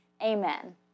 amen